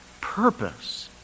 purpose